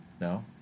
No